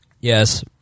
yes